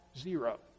zero